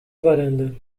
varanda